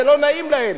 זה לא נעים להם.